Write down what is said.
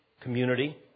community